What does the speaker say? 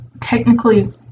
technically